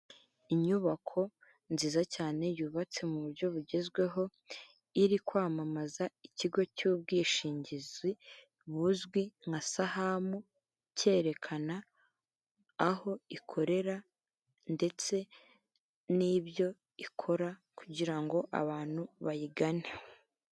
Inyubako nziza cyane yubatse mu buryo bugezweho iri kwamamaza ikigo cy'ubwishingizi buzwi nka sahamu cyerekana aho ikorera ndetse n'ibyo ikora kugira ngo abantu bayigane.